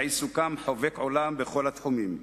ועיסוקם חובק עולם בכל התחומים,